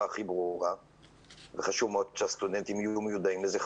ברורה וחשוב שהסטודנטים יהיו מודעים לזה.